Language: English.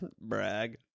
Brag